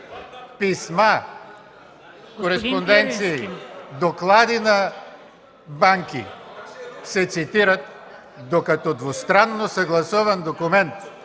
Писма, кореспонденция, доклади на банки се цитират, докато двустранно съгласуван документ